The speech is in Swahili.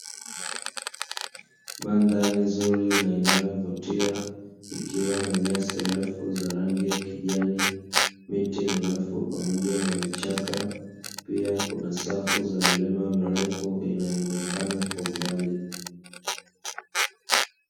Mandhari nzuri na inayo vutia ikiwa na nyasi refu za rangi ya kijani, miti mirefu pamoja na vichaka pia kuna safu za milima mirefu inayoonekana kwa mbali.